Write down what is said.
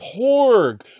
porg